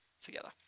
together